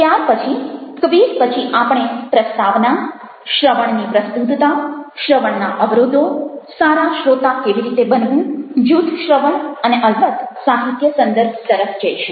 ત્યાર પછી ક્વિઝ પછી આપણે પ્રસ્તાવના શ્રવણની પ્રસ્ત્તુતતા શ્રવણના અવરોધો સારા શ્રોતા કેવી રીતે બનવું જૂથ શ્રવણ અને અલબત્ત સાહિત્ય સંદર્ભ તરફ જઈશું